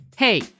Hey